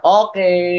okay